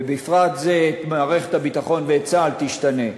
ובפרט מערכת הביטחון וצה"ל, תשתנה.